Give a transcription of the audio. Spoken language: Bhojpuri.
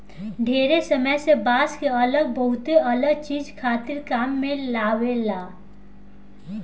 ढेरे समय से बांस के लोग बहुते अलग चीज खातिर काम में लेआवेला